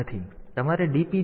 તેથી તમે આ વસ્તુ કરી શકતા નથી